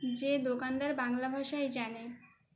যে দোকানদার বাংলা ভাষাই জানে